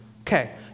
okay